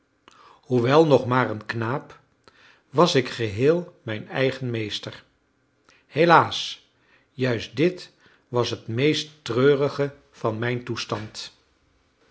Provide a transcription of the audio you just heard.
hoewel nog maar een knaap was ik geheel mijn eigen meester helaas juist dit was het meest treurige van mijn toestand